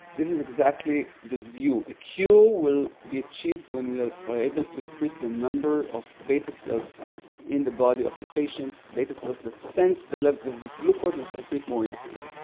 this is exactly the view. a cure will be achieved when we are able to increase the number of beta cells in the body of the patient, beta cells that sense the level of glucose and secrete more insulin.